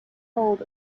told